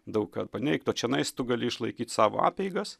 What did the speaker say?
daug ką paneigt o čionais tu gali išlaikyt savo apeigas